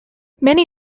many